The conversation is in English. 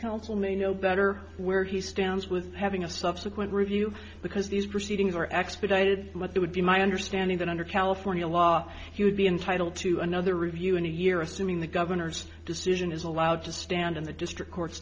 counsel may know better where he stands with having a subsequent review because these proceedings are expedited but they would be my understanding that under california law he would be entitled to another review in a year assuming the governor's decision is allowed to stand in the district court's